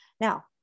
Now